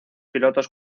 pilotos